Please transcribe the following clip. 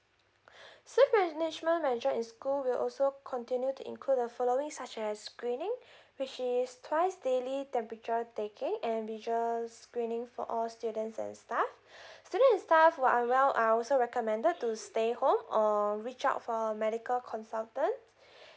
safe management measure in school will also continue to include the following such as screening which is twice daily temperature taking and visual screening for all students and staff student and staff who are unwell are also recommended to stay home or reach out for medical consultant